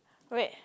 wait